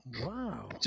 Wow